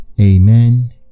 amen